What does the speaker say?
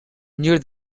near